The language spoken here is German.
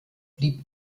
blieb